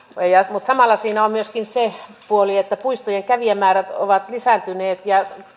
mutta samalla siinä on myöskin se puoli että puistojen kävijämäärät ovat lisääntyneet ja